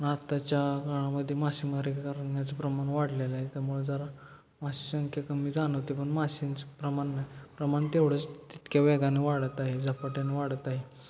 आत्ताच्या काळामध्ये मासेमारी करण्याचं प्रमाण वाढलेलं आहे त्यामुळे जरा माशांची संख्या कमी जाणवते पण माशांचं प्रमाण प्रमाण तेवढंच तितक्या वेगाने वाढत आहे झपाट्यानं वाढत आहे